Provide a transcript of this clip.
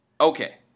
Okay